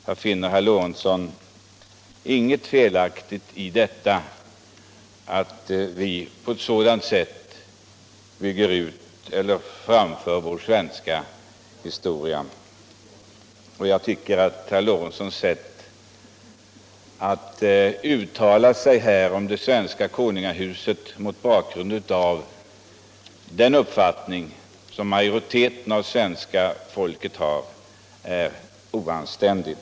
Jag finner, herr Lorentzon, inget felaktigt i att vi på ett sådant sätt framför vår svenska historia. Och jag tycker att herr Lorentzons sätt att uttala sig i denna kammare om det svenska konungahuset, mot bakgrund av den uppfattning som majoriteten av svenska folket har, är oanständigt.